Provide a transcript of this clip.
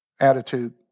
attitude